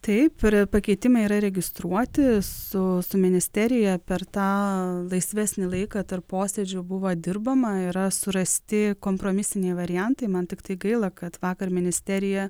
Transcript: taip pakeitimai yra registruoti su su ministerija per tą laisvesnį laiką tarp posėdžių buvo dirbama yra surasti kompromisiniai variantai man tiktai gaila kad vakar ministerija